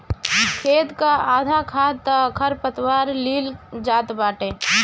खेत कअ आधा खाद तअ खरपतवार लील जात बाटे